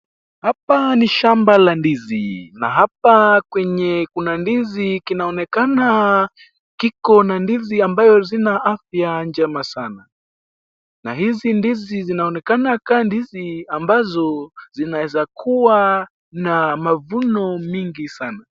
Hapa ni shamba la ndizi, na hapa kwenye kuna ndizi kinaonekana kiko na ndizi ambayo zina afya njema sana. Na hizi ndizi zinaonekana kama ambazo zinaezakuwa na mavuno mingi sana.